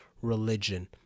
religion